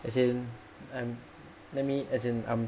as in I'm let me as in I'm